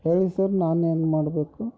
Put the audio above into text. ಹೇಳಿ ಸರ್ ನಾನೇನು ಮಾಡಬೇಕು